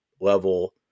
level